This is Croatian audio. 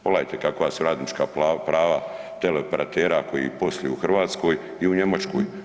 Pogledajte kakva su radnička prava teleoperatera koji posluju u Hrvatskoj i u Njemačkoj.